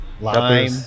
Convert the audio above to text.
Lime